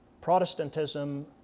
Protestantism